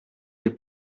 les